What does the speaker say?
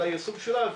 על היישום שלה,